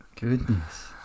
Goodness